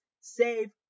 save